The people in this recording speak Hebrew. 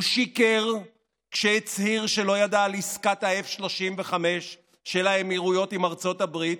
הוא שיקר כשהצהיר שלא ידע על עסקת ה-F-35 של האמירויות עם ארצות הברית,